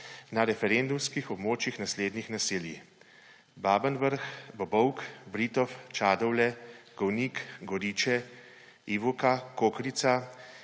na referendumskih območjih naslednjih naselij: Babni Vrt, Bobovek, Britof, Čadovlje, Golnik, Goriče, Ilovka, Kokrica,